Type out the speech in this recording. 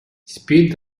спит